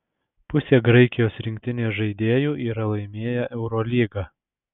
pusė graikijos rinktinės žaidėjų yra laimėję eurolygą